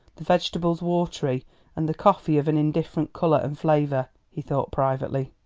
the vegetables watery and the coffee of an indifferent colour and flavour, he thought privately.